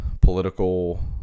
political